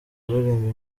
kuririmba